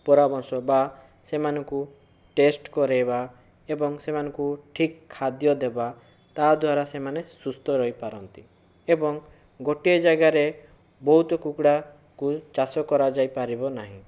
ପରାମର୍ଶ ବା ସେମାନଙ୍କୁ ଟେଷ୍ଟ କରେଇବା ଏବଂ ସେମାନଙ୍କୁ ଠିକ ଖାଦ୍ୟ ଦେବା ତାହାଦ୍ୱାରା ସେମାନେ ସୁସ୍ଥ ରହିପାରନ୍ତି ଏବଂ ଗୋଟିଏ ଜାଗାରେ ବହୁତ କୁକୁଡ଼ାକୁ ଚାଷ କରାଯାଇ ପାରିବ ନାହିଁ